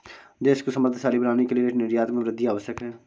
देश को समृद्धशाली बनाने के लिए निर्यात में वृद्धि आवश्यक है